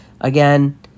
again